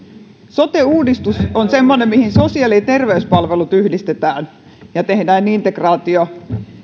sote uudistus on semmoinen mihin sosiaali ja terveyspalvelut yhdistetään ja tehdään integraatio